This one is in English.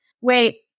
wait